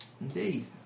Indeed